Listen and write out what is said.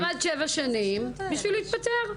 למדת שבע שנים בשביל להתפטר.